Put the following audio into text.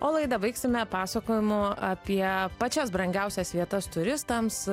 o laidą baigsime pasakojimu apie pačias brangiausias vietas turistams